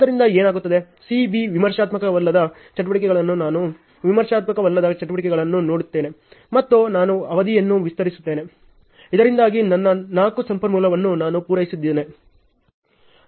ಆದ್ದರಿಂದ ಏನಾಗುತ್ತದೆ C B ವಿಮರ್ಶಾತ್ಮಕವಲ್ಲದ ಚಟುವಟಿಕೆಗಳನ್ನು ನಾನು ವಿಮರ್ಶಾತ್ಮಕವಲ್ಲದ ಚಟುವಟಿಕೆಗಳನ್ನು ನೋಡುತ್ತಿದ್ದೇನೆ ಮತ್ತು ನಾನು ಅವಧಿಯನ್ನು ವಿಸ್ತರಿಸುತ್ತಿದ್ದೇನೆ ಇದರಿಂದಾಗಿ ನನ್ನ 4 ಸಂಪನ್ಮೂಲವನ್ನು ನಾನು ಪೂರೈಸುತ್ತಿದ್ದೇನೆ